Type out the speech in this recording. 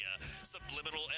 Subliminal